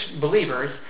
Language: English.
believers